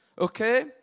Okay